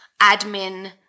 admin